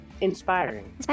inspiring